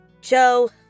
Joe